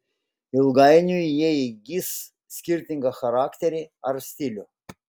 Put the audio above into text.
ilgainiui jie įgis skirtingą charakterį ar stilių